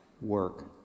work